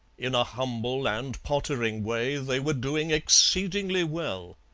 in a humble and pottering way they were doing exceedingly well.